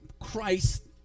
Christ